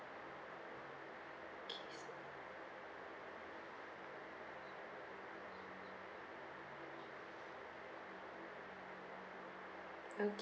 ok~